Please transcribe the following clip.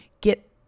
get